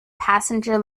passenger